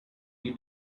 the